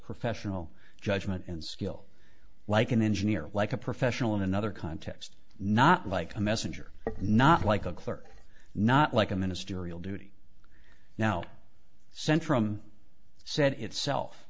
professional judgment and skill like an engineer like a professional in another context not like a messenger not like a clerk not like a ministerial duty now sent from said itself